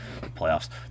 playoffs